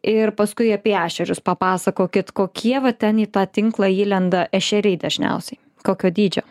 ir paskui apie ešerius papasakokit kokie va ten į tą tinklą įlenda ešeriai dažniausiai kokio dydžio